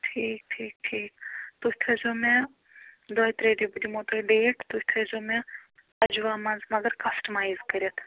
ٹھیٖک ٹھیٖک ٹھیٖک تُہۍ تھٲوِزیٚو مےٚ دۄیہِ ترٛیہِ دۄہۍ بہٕ دِمَو تۄہہِ ڈیٹ تُہۍ تھٲوِزیٚو مےٚ اجوا منٛز مگر کَسٹَمایِز کٔرِتھ